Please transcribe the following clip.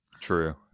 true